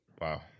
Wow